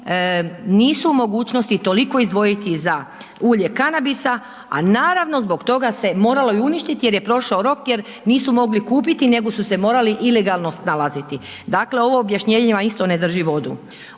nisu u mogućnosti toliko izdvojiti za ulje kanabisa, a naravno zbog toga se moralo i uništiti jer je prošao rok jer nisu mogli kupiti, nego su se morali ilegalno snalaziti, dakle, ovo objašnjenje vam isto ne drži vodu.